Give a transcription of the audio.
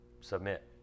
Submit